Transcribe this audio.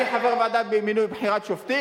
אני מציע, אני חבר הוועדה למינוי שופטים?